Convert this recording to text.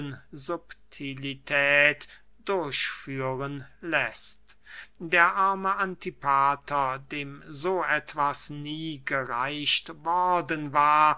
subtilität durchführen läßt der arme antipater dem so etwas nie gereicht worden war